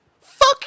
Fuck